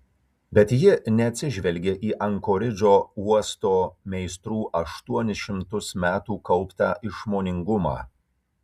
bet ji neatsižvelgė į ankoridžo uosto meistrų aštuonis šimtus metų kauptą išmoningumą